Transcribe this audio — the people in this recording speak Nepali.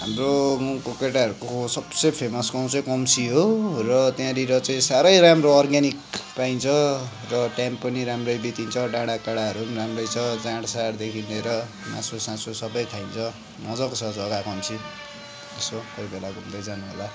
हाम्रो गाउँको केटाहरूको सबसे फेमस गाउँ चाहिँ कम्सी हो र त्यहाँनिर चाहिँ साह्रै राम्रो अर्ग्यानिक पाइन्छ र टाइम पनि राम्रै बितिन्छ डाँडाकाँडाहरू पनि राम्रै छ जाँडसाँडदेखिन् लिएर मासुसासु सबै खाइन्छ मजाको छ जग्गा कम्सी यसो कोही बेला घुम्दै जानु होला